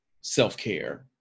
self-care